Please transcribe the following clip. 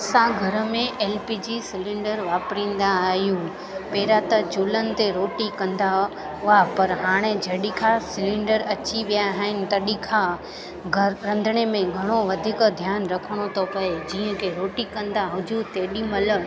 असां घर में एल पी जी सिलेंडर वापिरींदा आहियूं पहिरीं त चुल्हनि ते रोटी कंदा हुआ पर हाणे जॾहिं खां सिलेंडर अची विया आहिनि तॾहिं खां घर रंधिणे में वधीक ध्यानु रखिणो थो पए जीअं के रोटी कंदा हुजूं तेॾीमहिल